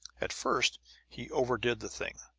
at first he overdid the thing